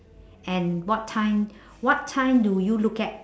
and what time what time do you look at